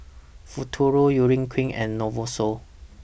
Futuro Urea Cream and Novosource